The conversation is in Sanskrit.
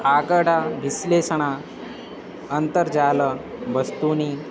अकण्ड विश्लेषण अन्तर्जालवस्तूनि